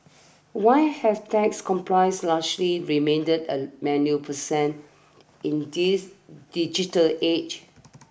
why have tax complies largely remained a manual percent in this digital age